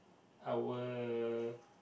our